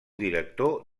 director